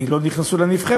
כי הם לא נכנסו לנבחרת.